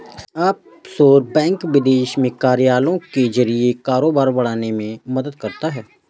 offshore bank विदेश में कार्यालयों के जरिए कारोबार बढ़ाने में मदद करता है